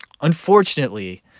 Unfortunately